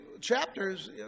chapters